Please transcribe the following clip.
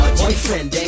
boyfriend